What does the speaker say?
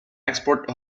export